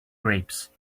grapes